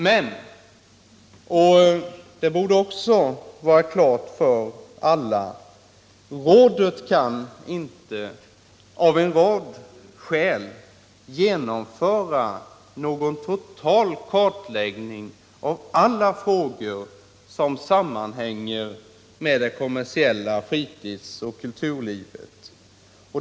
Men, och det borde också vara klart för alla, rådet kan inte av en rad skäl genomföra någon total kartläggning av alla frågor, som sammanhänger med det kommersiella fritidsoch kulturlivet.